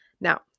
Now